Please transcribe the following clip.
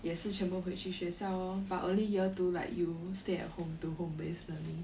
也是全部回去学校 lor but only year two like you stay at home do home based learning